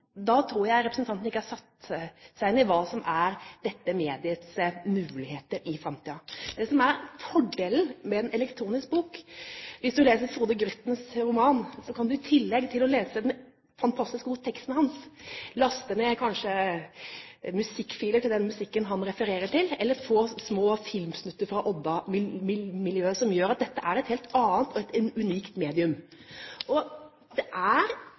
tror jeg ikke representanten har satt seg inn i hva som er dette mediets muligheter i framtiden. Det som er fordelen med en elektronisk bok, f.eks. Frode Gryttens roman, er at en i tillegg til å lese den fantastisk gode teksten hans, kanskje kan laste ned musikkfiler til den musikken han refererer til, eller få små filmsnutter fra Odda-miljøet, noe som gjør at dette er et helt annet og unikt medium. Det er